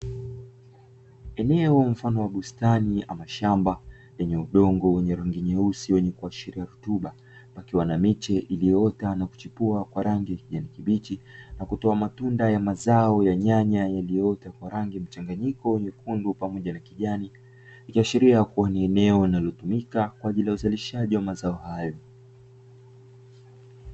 Eeneo mfano wa bustani ama shamba, lenye udongo wenye rangi nyeusi kuashiria rutuba, pakiwa na miche iliyoota na kuchipua kwa rangi ya kijani kibichi nakutoa matunda ya zao la nyanya iliyoota kwa rangi mchanganyiko, nyekundu pamoja na kijani. Ikiashiria kuwa ni eneo linalotumika kwaajili ya uzalishaji wa mazao hayo.